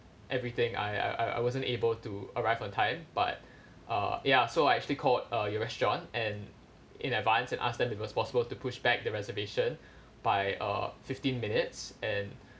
everything I I I wasn't able to arrive on time but uh ya so I actually called uh your restaurant and in advance and ask them if it was possible to push back the reservation by uh fifteen minutes and